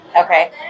Okay